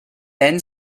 then